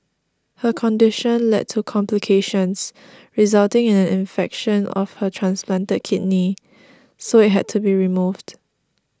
her condition led to complications resulting in an infection of her transplanted kidney so it had to be removed